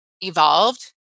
evolved